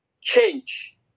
change